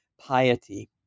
piety